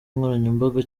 nkoranyambaga